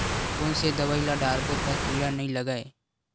कोन से दवाई ल डारबो त कीड़ा नहीं लगय?